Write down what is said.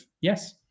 yes